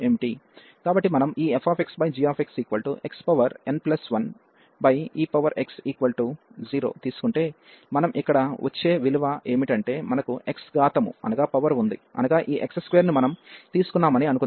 కాబట్టి మనం ఈ fxgx xn1ex 0 తీసుకుంటే మనం ఇక్కడ వచ్చే విలువ ఏమిటంటే మనకు x ఘాతము ఉంది అనగా ఈ x2ను మనం తీసుకున్నామని అనుకుందాం